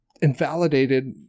invalidated